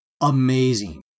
amazing